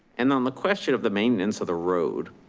and on the question of the maintenance of the road,